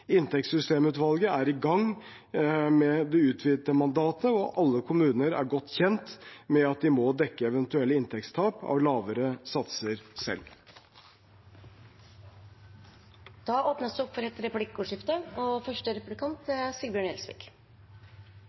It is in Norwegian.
Inntektssystemutvalget er i gang med det utvidede mandatet, og alle kommuner er godt kjent med at de må dekke eventuelle inntektstap av lavere satser selv. Det blir replikkordskifte. Jeg merker meg at statsråden avsluttet med å si at det nå er